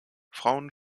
frauen